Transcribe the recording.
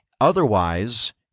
Otherwise